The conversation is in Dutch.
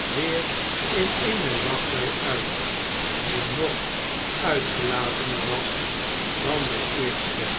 weer in eene lachbui uit die nog uitgelatener was dan de eerste